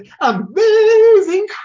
amazing